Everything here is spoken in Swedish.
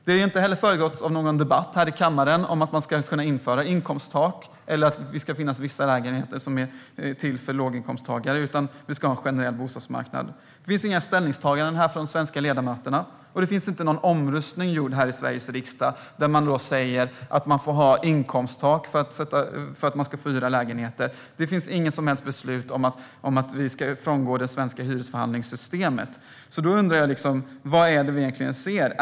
Det har inte heller föregåtts av någon debatt här i kammaren om att man ska kunna införa inkomsttak eller att det ska finnas vissa lägenheter som är till för låginkomsttagare, utan vi ska ha en generell bostadsmarknad. Det finns inga ställningstaganden från de svenska ledamöterna och inte någon omröstning här i Sveriges riksdag som säger att man får ha inkomsttak för att hyra lägenheter. Det finns inget som helst beslut om att vi ska frångå det svenska hyresförhandlingssystemet. Då undrar jag: Vad är det egentligen vi ser?